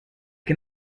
can